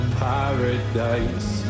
paradise